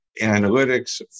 analytics